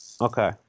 okay